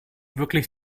wirklich